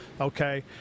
okay